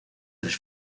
tres